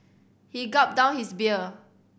he gulped down his beer